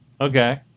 Okay